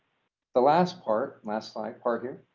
the last part. last slide part here.